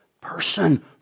person